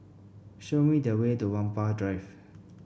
show me the way to Whampoa Drive